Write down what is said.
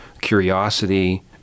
Curiosity